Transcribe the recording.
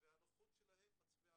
האחרונות ---